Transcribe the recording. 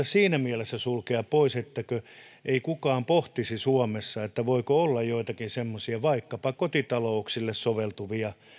siinä mielessä sulkea pois etteikö kukaan suomessa pohtisi voiko olla joitakin semmoisia vaikkapa kotitalouksille soveltuvia